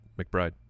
McBride